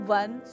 one